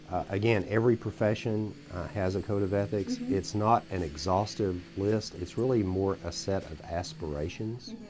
again, every profession has a code of ethics. it's not an exhaustive list. it's really more a set of aspirations.